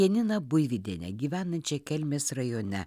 janiną buivydienę gyvenančią kelmės rajone